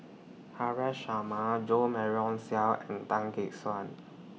Haresh Sharma Jo Marion Seow and Tan Gek Suan